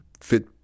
fit